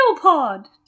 pod